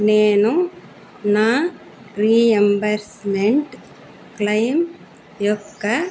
నేను నా reimbursement claim యొక్క